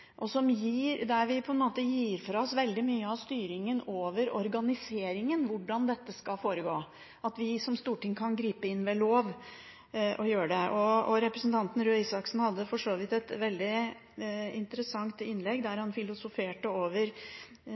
en måte gir fra oss veldig mye av styringen over organiseringen – hvordan dette skal foregå – men der vi som storting kan gripe inn ved lov og gjøre det. Representanten Røe Isaksen hadde for så vidt et veldig interessant innlegg, der han filosoferte over